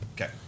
Okay